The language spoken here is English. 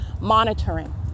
monitoring